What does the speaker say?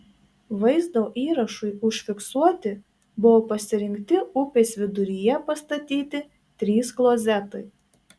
vaizdo įrašui užfiksuoti buvo pasirinkti upės viduryje pastatyti trys klozetai